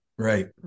Right